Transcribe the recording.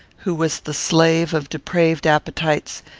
who was the slave of depraved appetites,